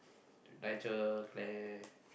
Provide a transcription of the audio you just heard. Nigel Claire